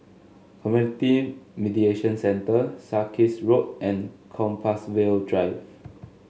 Community Mediation Centre Sarkies Road and Compassvale Drive